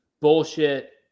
bullshit